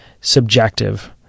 subjective